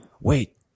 wait